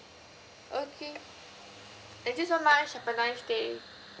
okay thank you so much have a nice day